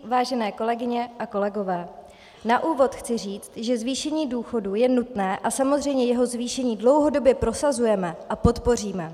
Vážené kolegyně a kolegové, na úvod chci říci, že zvýšení důchodů je nutné a samozřejmě jeho zvýšení dlouhodobě prosazujeme a podpoříme.